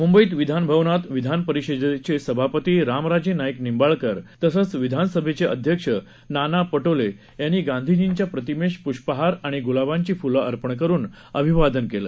मुंबईत विधान भवनात विधान परिषदेचे सभापती रामराजे नाईक निंबाळकर तसंच विधानसभेचे अध्यक्ष नाना पटोले यांनी गांधीजींच्या प्रतिमेस पुष्पहार आणि गुलाबाची फुलं अर्पण करुन अभिवादन केलं